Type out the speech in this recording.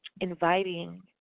inviting